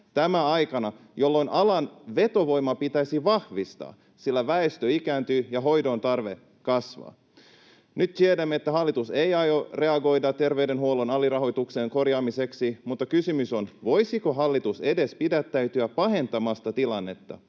tämä aikana, jolloin alan vetovoimaa pitäisi vahvistaa, sillä väestö ikääntyy ja hoidon tarve kasvaa. Nyt tiedämme, että hallitus ei aio reagoida terveydenhuollon alirahoituksen korjaamiseksi, mutta kysymys on, voisiko hallitus edes pidättäytyä pahentamasta tilannetta.